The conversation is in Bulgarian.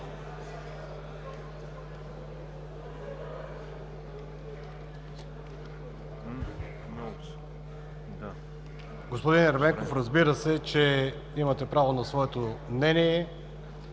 Господин Ерменков, разбира се, че имате право на свое мнение.